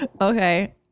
Okay